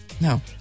No